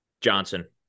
Johnson